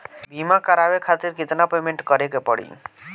बीमा करावे खातिर केतना पेमेंट करे के पड़ी?